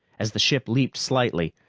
as the ship leaped slightly,